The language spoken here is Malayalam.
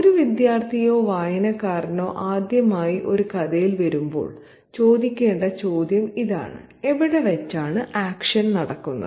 ഒരു വിദ്യാർത്ഥിയോ വായനക്കാരനോ ആദ്യമായി ഒരു കഥയിൽ വരുമ്പോൾ ചോദിക്കേണ്ട ചോദ്യം ഇതാണ് എവിടെ വെച്ചാണ് ആക്ഷൻ നടക്കുന്നത്